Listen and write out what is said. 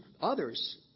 others